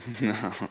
No